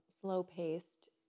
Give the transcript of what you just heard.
slow-paced